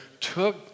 took